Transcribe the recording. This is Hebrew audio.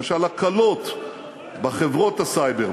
למשל הקלות בחברות הסייבר,